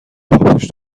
پاپوش